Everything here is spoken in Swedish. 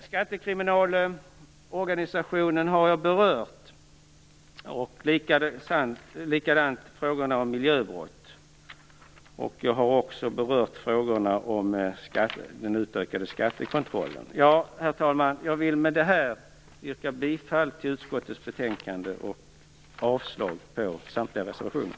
Skattekriminalens organisation liksom frågorna om miljöbrott har jag berört. Jag har också berört frågan om den utökade skattekontrollen. Herr talman! Jag vill med detta yrka bifall till utskottets hemställan och avslag på samtliga reservationer.